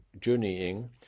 journeying